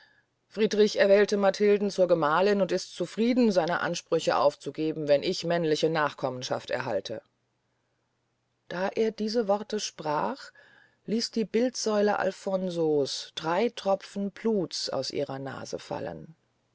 friedrich erwählt matilden zur gemahlin und ist zufrieden seine ansprüche aufzugeben wenn ich männliche nachkommenschaft erhalte da er diese worte sprach ließ die bildsäule alfonso's drey tropfen bluts aus ihrer nase fallen